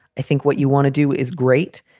i think what you want to do is great.